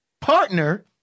partner